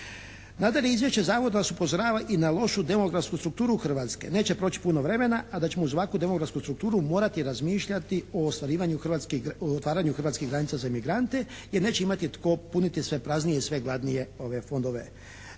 Nadalje izvješće zavoda nas upozorava i na lošu demografsku strukturu Hrvatske. Neće proći puno vremena a da ćemo uz ovakvu demografsku strukturu morati razmišljati o otvaranju hrvatskih granica za imigrante, jer neće imati tko puniti sve praznije i sve gladnije fondove.